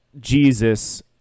Jesus